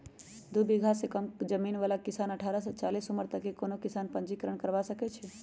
दू बिगहा से कम जमीन बला किसान अठारह से चालीस उमर तक के कोनो किसान पंजीकरण करबा सकै छइ